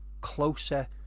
closer